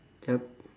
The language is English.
yup